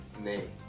Name